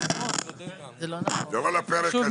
זה לא לפרק הזה.